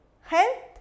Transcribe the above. health